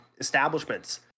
establishments